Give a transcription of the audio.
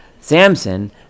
Samson